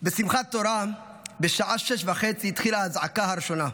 בשעה 06:30 התחילה האזעקה הראשונה בשמחת תורה.